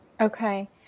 Okay